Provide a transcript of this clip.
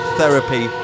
therapy